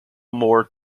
more